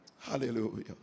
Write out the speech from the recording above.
Hallelujah